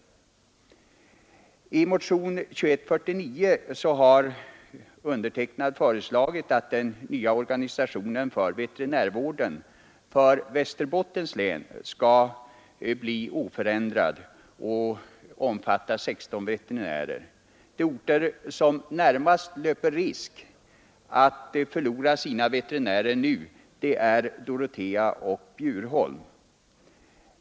I motionen 2149 har jag föreslagit att den nya organisationen för veterinärvården för Västernorrlands län skall förbli oförändrad och omfatta 16 veterinärer. De orter som närmast löper risk att nu förlora sina veterinärer är Dorotea och Bjurholm.